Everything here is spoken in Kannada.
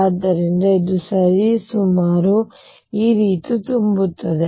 ಆದ್ದರಿಂದ ಇದು ಸರಿಸುಮಾರು ಈ ರೀತಿ ತುಂಬುತ್ತದೆ